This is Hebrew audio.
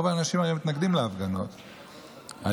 רוב האנשים היו מתנגדים להפגנות אלימות,